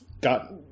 Got